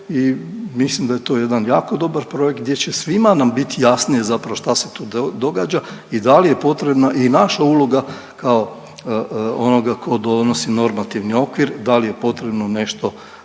i mislim da je to jedan jako dobar projekt gdje će svima nam biti jasnije zapravo šta se tu događa i da li je potrebna i naša uloga kao onoga tko donosi normativni okvir da li je potrebno nešto